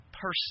person